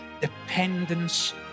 dependence